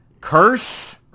Curse